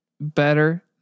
better